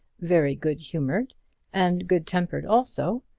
very good-humoured and good-tempered also,